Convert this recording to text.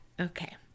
Okay